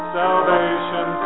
salvation